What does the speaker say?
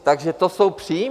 Takže to jsou příjmy.